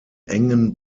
engen